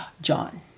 John